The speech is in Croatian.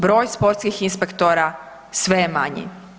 Broj sportskih inspektora sve je manji.